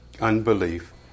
Unbelief